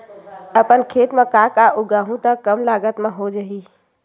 अपन खेत म का का उगांहु त कम लागत म हो जाही?